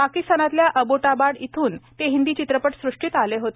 पाकिस्तानातल्या अबोटाबाद इथून ते हिंदी चित्रपटसृष्टीत आले होते